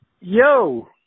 Yo